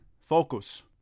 Focus